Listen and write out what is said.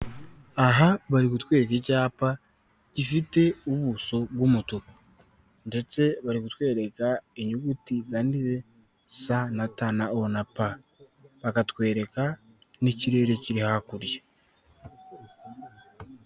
Aha bari kutwereka icyapa, gifite ubuso bw'umutuku ndetse bari kutwereka inyuguti zanditse stop, bakatwereka n'ikirere kiri hakurya.